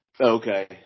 Okay